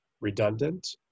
redundant